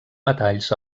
metalls